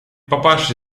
папаша